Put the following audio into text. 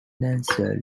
linceul